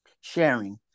sharing